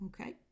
Okay